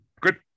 good